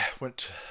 Went